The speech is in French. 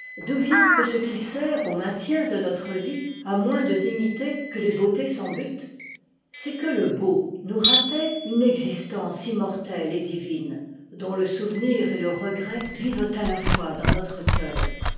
d'où vient que ce qui sert au maintien de notre vie a moins de dignité que les beautés sans but c'est que le beau nous rappelle une existence immortelle et divine dont le souvenir et le regret vivent à la fois dans notre cœur